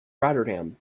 rotterdam